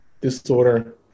disorder